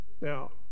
Now